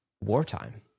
wartime